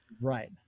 right